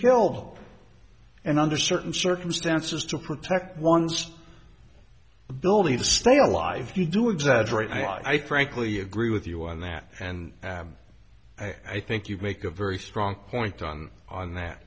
killed and under certain circumstances to protect one's ability to stay alive if you do exaggerate i frankly agree with you on that and i think you make a very strong point on on that